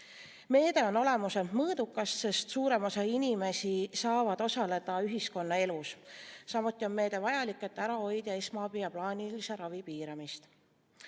Meede on olemuselt mõõdukas, sest suurem osa inimesi saavad osaleda ühiskonnaelus. Samuti on meede vajalik, et ära hoida esmaabi ja plaanilise ravi piiramist.